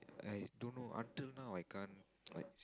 I don't know until now I can't